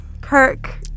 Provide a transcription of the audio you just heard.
Kirk